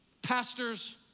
Pastors